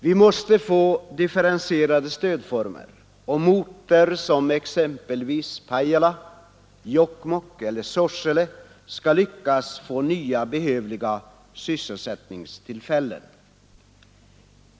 Vi måste få differentierade stödformer, om orter som Pajala, Jokkmokk eller Sorsele skall lyckas få nya, behövliga sysselsättningstillfällen.